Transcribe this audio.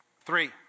Three